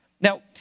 Now